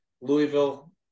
Louisville